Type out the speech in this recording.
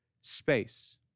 space